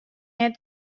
net